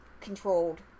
controlled